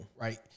Right